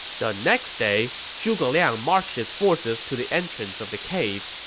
the next day, zhuge liang marched his forces to the entrance of the cave.